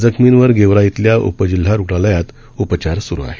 जखमींवर गेवराईतल्या उपजिल्हा रुग्णालयात उपचार स्रू आहेत